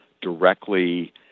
directly